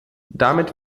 damit